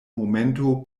momento